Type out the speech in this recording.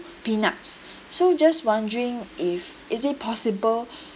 peanuts so just wondering if is it possible